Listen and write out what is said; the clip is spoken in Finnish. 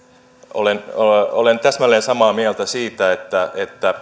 olen olen täsmälleen samaa mieltä siitä että